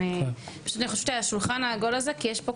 אני פשוט חושבת שמהשולחן העגול יכול לצאת רק